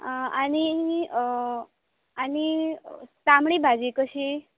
आनी आनी तांबडी भाजी कशी